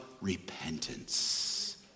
repentance